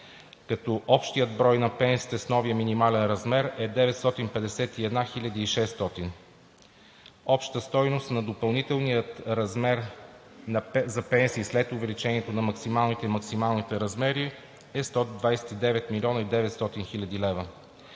общият брой на пенсиите с новия минимален размер е 951 600. Общата стойност на допълнителния размер за пенсии след увеличението на минималните и максималните размери е 129 млн. 900 хил.